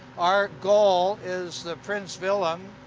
our goal is the prins willem,